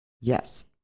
Yes